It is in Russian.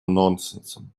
нонсенсом